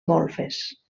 golfes